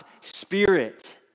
Spirit